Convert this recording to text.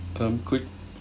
come quick